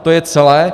To je celé.